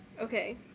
Okay